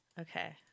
okay